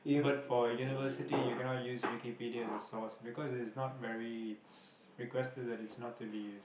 but for university you cannot use Wikipedia as a source because it's not very it's requested that it's not to be used